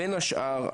בין השאר,